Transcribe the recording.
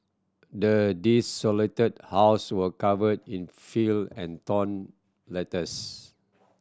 the desolated house were covered in filth and torn letters